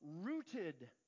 rooted